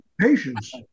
patients